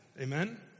Amen